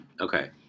Okay